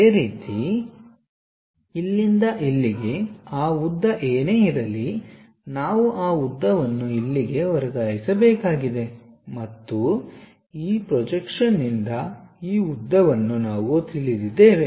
ಅದೇ ರೀತಿ ಇಲ್ಲಿಂದ ಇಲ್ಲಿಗೆ ಆ ಉದ್ದ ಏನೇ ಇರಲಿ ನಾವು ಆ ಉದ್ದವನ್ನು ಇಲ್ಲಿಗೆ ವರ್ಗಾಯಿಸಬೇಕಾಗಿದೆ ಮತ್ತು ಈ ಪ್ರೊಜೆಕ್ಷನ್ ನಿಂದ ಈ ಉದ್ದವನ್ನು ನಾವು ತಿಳಿದಿದ್ದೇವೆ